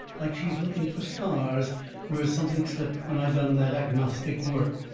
like she's looking fur scars where something slipped when i done that agnostic work.